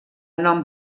nom